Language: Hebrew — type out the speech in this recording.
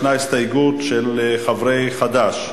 יש הסתייגות של חבר הכנסת